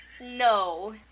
No